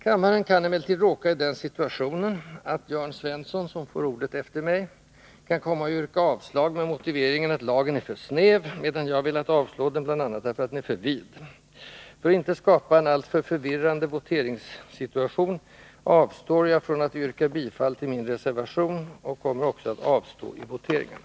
Kammaren kan emellertid råka i den situationen att Jörn Svensson, som får ordet efter mig, kan komma att yrka avslag med motiveringen att lagen är för snäv, medan jag velat avslå den bl.a. därför att den är för vid. För att inte skapa en alltför förvirrande voteringssituation avstår jag från att yrka bifall till min reservation och kommer också att avstå i voteringen.